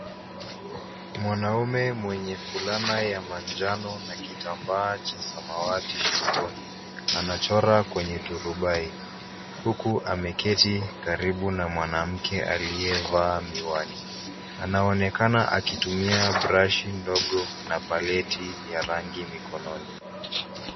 Mwanaume mwenye fulana ya manjano na kitambaa cha samawati shingoni, anachora kwenye turubai, huku ameketi karibu na mwanamke aliyevaa miwani. Anaonekana akitumia brashi ndogo na paleti ya rangi mikononi.